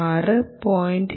6 0